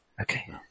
Okay